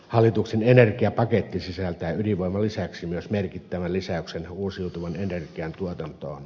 hallituksen energiapaketti sisältää ydinvoiman lisäksi myös merkittävän lisäyksen uusiutuvan energian tuotantoon